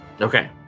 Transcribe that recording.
Okay